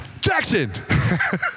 Jackson